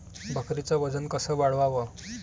बकरीचं वजन कस वाढवाव?